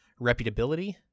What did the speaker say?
reputability